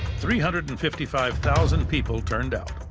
three hundred and fifty five thousand people turned out,